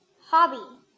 hobby